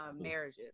marriages